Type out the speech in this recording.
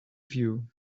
view